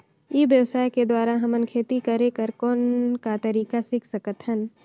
ई व्यवसाय के द्वारा हमन खेती करे कर कौन का तरीका सीख सकत हन?